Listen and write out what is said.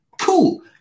cool